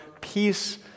peace